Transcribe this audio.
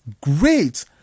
great